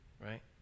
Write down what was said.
right